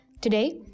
Today